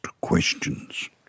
questions